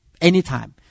anytime